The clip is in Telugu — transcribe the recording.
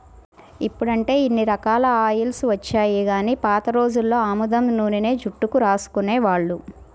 ఇప్పుడంటే ఇన్ని రకాల ఆయిల్స్ వచ్చినియ్యి గానీ పాత రోజుల్లో ఆముదం నూనెనే జుట్టుకు రాసుకునేవాళ్ళు